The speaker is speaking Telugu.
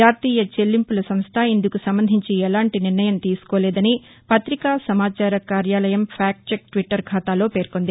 జాతీయ చెల్లింపుల సంస్థ ఇందుకు సంబంధించి ఎలాంటి నిర్ణయం తీసుకోలేదని పుతికా సమాచార కార్యాలయం ఫ్యాక్ట్ చెక్ ట్విట్టర్ ఖాతాలో పేర్కొంది